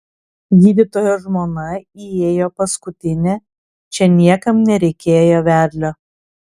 gydytojo žmona įėjo paskutinė čia niekam nereikėjo vedlio